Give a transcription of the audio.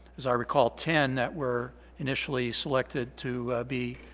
as i recall ten that were initially selected to be